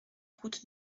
route